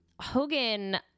Hogan